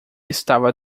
estava